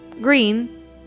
green